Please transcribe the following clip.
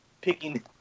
picking